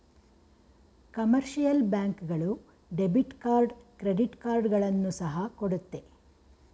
commercial bank ಗಳು debit card credit ಕಾರ್ಡ್ಗಳನ್ನು ಸಹ ಕೊಡುತ್ತೆ